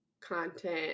content